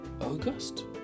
August